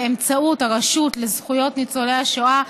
באמצעות הרשות לזכויות ניצולי השואה,